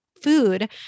food